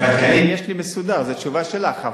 בתקנים יש לי מסודר, זו תשובה לך.